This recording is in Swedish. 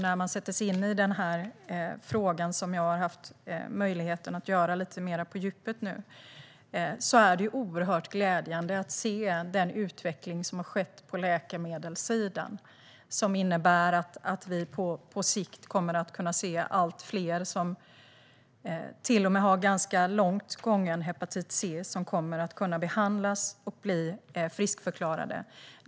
När man sätter sig in i den här frågan, som jag har haft möjlighet att göra lite mer på djupet, är det oerhört glädjande att se den utveckling som har skett på läkemedelssidan. Det innebär att vi på sikt kommer att kunna se allt fler som till och med har ganska långt gången hepatit C som kommer att kunna behandlas och bli friskförklarade.